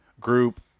group